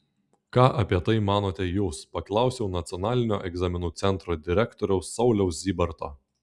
ką apie tai manote jūs paklausiau nacionalinio egzaminų centro direktoriaus sauliaus zybarto